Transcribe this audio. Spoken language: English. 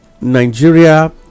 Nigeria